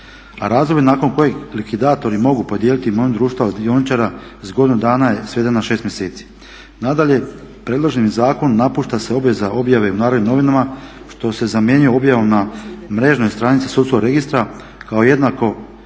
razdoblje nakon kojeg likvidatori mogu podijeliti imovinu društava dioničara sa godinu dana je svedena na 6 mjeseci. Nadalje, predloženim zakonom napušta se obveza objave u Narodnim novinama što se zamjenjuje objavom na mrežnoj stranici sudskog registra kao jednako